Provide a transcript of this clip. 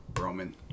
Roman